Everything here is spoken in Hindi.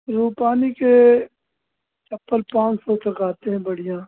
रूपानी के चप्पल पाँच सौ तक आते हैं बढ़िया